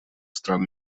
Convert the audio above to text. стран